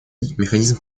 механизм